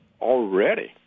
already